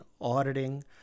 auditing